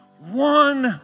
One